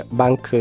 bank